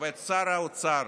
ואת שר האוצר